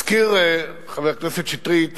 הזכיר חבר הכנסת שטרית,